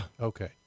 Okay